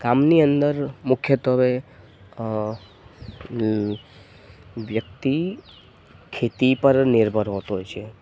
ગામની અંદર મુખ્યત્વે વ્યક્તિ ખેતી પર નિર્ભર હોતો છે